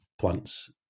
plants